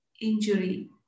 injury